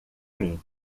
mim